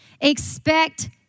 Expect